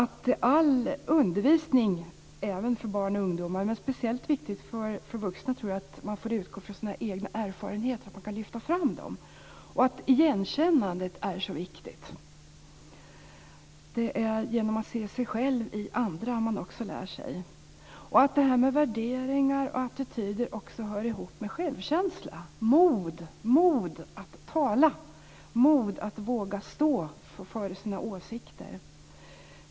I all undervisning, även för barn och ungdomar men speciellt för vuxna, är det viktigt att man utgår från sina egna erfarenheter och lyfter fram dem. Igenkännandet är mycket viktigt. Det är genom att se sig själv i andra som man lär sig. Värderingar och attityder hör också ihop med självkänsla; mod att tala, mod att stå för sina åsikter.